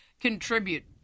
contribute